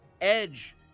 edge